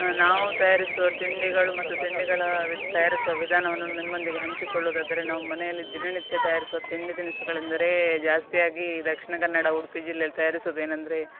ನಾವು ತಯಾರಿಸುವ ತಿಂಡಿಗಳು ಮತ್ತು ತಿಂಡಿಗಳ ವಿ ತಯಾರಿಸುವ ವಿಧಾನವನ್ನು ನಿಮ್ಮೊಂದಿಗೆ ಹಂಚಿಕೊಳ್ಳುವುದಾದರೆ ನಾವು ಮನೆಯಲ್ಲಿ ದಿನನಿತ್ಯ ತಯಾರಿಸುವ ತಿಂಡಿ ತಿನಿಸುಗಳೆಂದರೇ ಜಾಸ್ತಿಯಾಗಿ ದಕ್ಷಿಣ ಕನ್ನಡ ಉಡುಪಿ ಜಿಲ್ಲೆಯಲ್ಲಿ ತಯಾರಿಸುದು ಏನೆಂದ್ರೆ